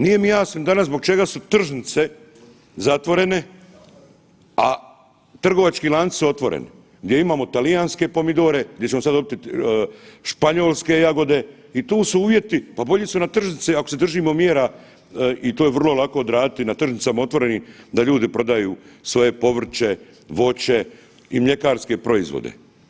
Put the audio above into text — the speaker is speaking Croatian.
Nije mi jasno danas zbog čega su tržnice zatvorene, a trgovački lanci su otvoreni, gdje imamo talijanske pomidore, gdje ćemo sad dobiti španjolske jagode i tu su uvjeti, pa bolji su na tržnici ako se držimo mjera i to je vrlo lako odraditi na tržnicama otvorenim da ljudi prodaju svoje povrće, voće i mljekarske proizvode.